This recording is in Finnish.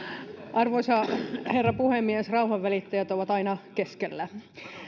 arvoisa herra puhemies rauhanvälittäjät ovat aina keskellä